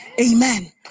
amen